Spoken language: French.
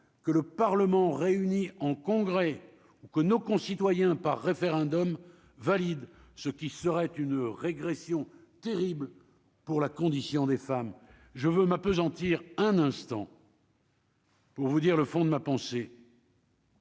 que le Parlement réuni en Congrès ou que nos concitoyens par référendum valide ce qui serait une régression terrible pour la condition des femmes, je veux m'appesantir un instant. Pour vous dire le fond de ma pensée.